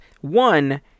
one